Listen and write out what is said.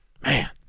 man